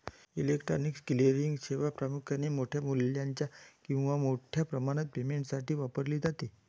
electronic clearing सेवा प्रामुख्याने मोठ्या मूल्याच्या किंवा मोठ्या प्रमाणात पेमेंटसाठी वापरली जाते